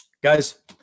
guys